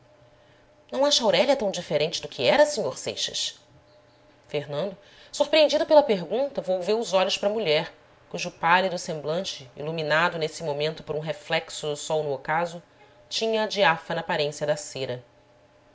não acha aurélia tão diferente do que era sr seixas fernando surpreendido pela pergunta volveu os olhos para a mulher cujo pálido semblante iluminado nesse momento por um reflexo do sol no ocaso tinha a diáfana aparência da cera